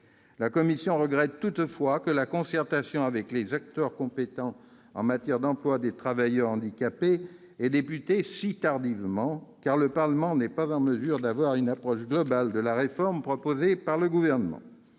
Nous regrettons toutefois que la concertation avec les acteurs compétents en matière d'emploi des travailleurs handicapés ait commencé si tardivement, car le Parlement n'est pas en mesure d'avoir une approche globale de la réforme proposée par le Gouvernement.